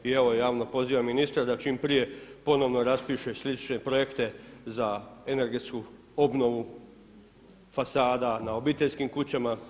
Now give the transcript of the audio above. I evo javno pozivam ministra da čim prije ponovno raspiše slične projekte za energetsku obnovu fasada na obiteljskim kućama.